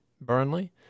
Burnley